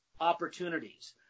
opportunities